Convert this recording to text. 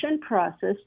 process